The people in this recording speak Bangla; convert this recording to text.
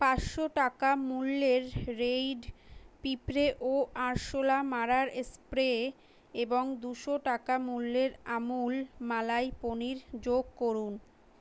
পাঁচশো টাকা মূল্যের রেইড পিঁপড়ে ও আরশোলা মারার স্প্রে এবং দুশো টাকা মূল্যের আমুল মালাই পনির যোগ করুন